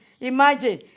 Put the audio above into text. Imagine